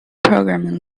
programming